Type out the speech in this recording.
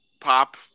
pop